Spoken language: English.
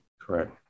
Correct